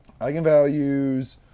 Eigenvalues